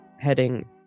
heading